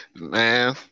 man